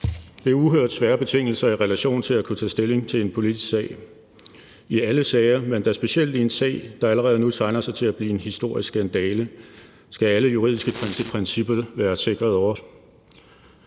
Det er uhørt svære betingelser i relation til at kunne tage stilling til en politisk sag. I alle sager, men specielt i en sag, der allerede nu tegner til at blive en historisk skandale, skal alle juridiske princippet være sikret overholdt.